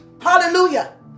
Hallelujah